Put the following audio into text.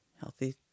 healthy